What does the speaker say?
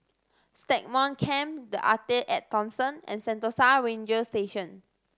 Stagmont Camp The Arte At Thomson and Sentosa Ranger Station